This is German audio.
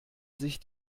sich